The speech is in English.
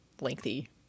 lengthy